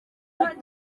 ubumuga